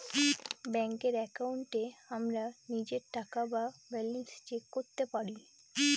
ব্যাঙ্কের একাউন্টে আমরা নিজের টাকা বা ব্যালান্স চেক করতে পারি